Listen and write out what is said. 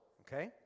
Okay